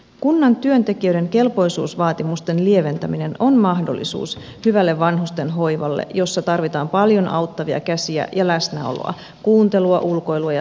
kunnan työntekijöiden kelpoisuusvaatimusten lieventäminen on mahdollisuus hyvälle vanhustenhoivalle jossa tarvitaan paljon auttavia käsiä ja läsnäoloa kuuntelua ulkoilua ja lukemista